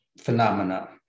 phenomena